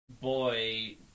boy